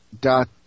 dot